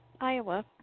Iowa